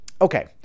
Okay